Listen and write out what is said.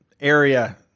area